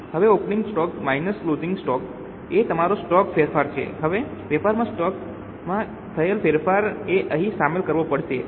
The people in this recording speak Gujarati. હવે opening stock minus closing stock એ તમારા સ્ટોકમાં ફેરફાર છે હવે વેપારમાં સ્ટોકમાં થયેલ ફેરફારને અહીં સામેલ કરવો પડશે